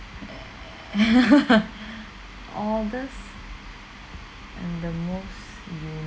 oddest and the most unique